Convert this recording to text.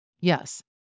Yes